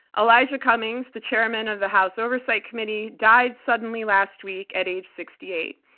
elijah cummings, the chairman of the house oversight committee, died suddenly last week at age sixty eight.